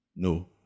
No